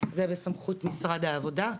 שזה בסמכות משרד העבודה.